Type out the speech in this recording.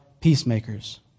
peacemakers